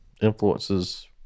influences